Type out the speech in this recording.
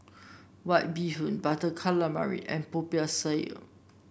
White Bee Hoon Butter Calamari and Popiah Sayur